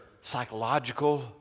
psychological